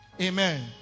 Amen